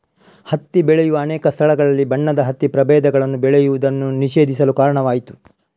ಹತ್ತಿ ಬೆಳೆಯುವ ಅನೇಕ ಸ್ಥಳಗಳಲ್ಲಿ ಬಣ್ಣದ ಹತ್ತಿ ಪ್ರಭೇದಗಳನ್ನು ಬೆಳೆಯುವುದನ್ನು ನಿಷೇಧಿಸಲು ಕಾರಣವಾಯಿತು